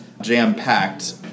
jam-packed